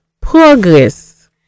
progress